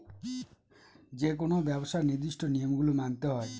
যেকোনো ব্যবসায় নির্দিষ্ট নিয়ম গুলো মানতে হয়